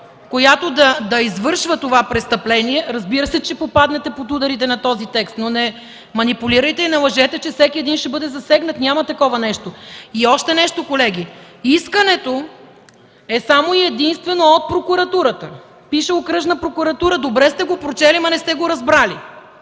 която да извършва това престъпление, разбира се, че ще попаднете под ударите на този текст, но не манипулирайте и не лъжете, че всеки един ще бъде засегнат. Няма такова нещо! Още нещо, колеги, искането е само и единствено от Прокуратурата – пише: „Окръжна прокуратура”. Добре сте го прочели, но не сте го разбрали!